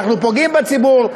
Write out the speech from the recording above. אנחנו פוגעים בציבור,